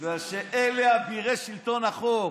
בגלל שאלה אבירי שלטון החוק,